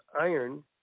iron